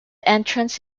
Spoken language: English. entrance